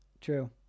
True